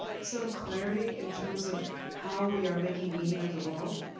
some clarity, in terms of how we are making meaning of the world.